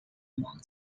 among